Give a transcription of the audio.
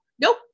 Nope